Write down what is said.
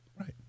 Right